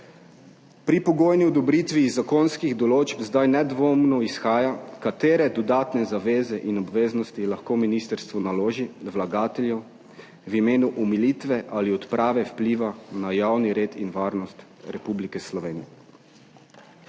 Pri pogojni odobritvi iz zakonskih določb zdaj nedvomno izhaja, katere dodatne zaveze in obveznosti lahko ministrstvo naloži vlagatelju v imenu omilitve ali odprave vpliva na javni red in varnost Republike Slovenije.